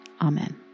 Amen